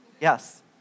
Yes